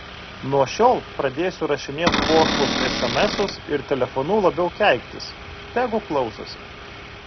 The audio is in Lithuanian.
nuo šiol pradėsiu rašinėt pošlus esemesus ir telefonu labiau keiktis tegu klausosi